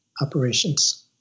operations